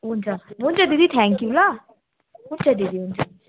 हुन्छ हुन्छ दिदी थ्याङ्क यू ल हुन्छ दिदी हुन्छ